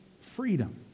freedom